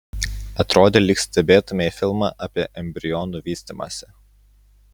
atrodė lyg stebėtumei filmą apie embrionų vystymąsi